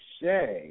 say